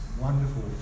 wonderful